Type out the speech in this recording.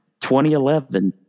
2011